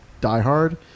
diehard